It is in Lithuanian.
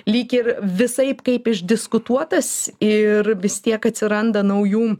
lyg ir visaip kaip išdiskutuotas ir vis tiek atsiranda naujų